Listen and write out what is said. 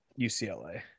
UCLA